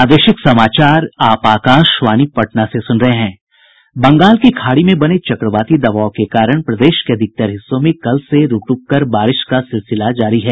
बंगाल की खाड़ी में बने चक्रवाती दबाव के कारण प्रदेश के अधिकतर हिस्सों में कल से रूक रूक कर बारिश का सिलसिला जारी है